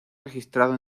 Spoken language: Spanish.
registrado